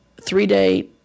three-day